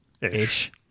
ish